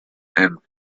and